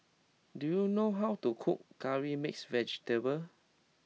do you know how to cook curry mixed vegetable